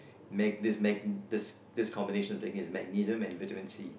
mag~ this mag~ this this combination I'm taking is magnesium and vitamin C